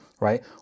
right